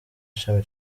shami